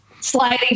sliding